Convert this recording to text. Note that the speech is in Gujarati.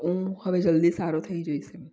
હું હવે જલ્દી સારો થઈ જઈશ એમ